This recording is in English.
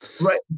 right